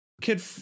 Kid